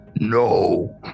No